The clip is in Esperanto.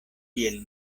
kiel